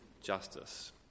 justice